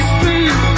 Street